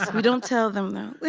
we don't tell them, though.